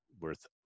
worth